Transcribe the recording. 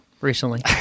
recently